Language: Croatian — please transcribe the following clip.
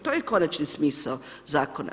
To je konačni smisao zakona.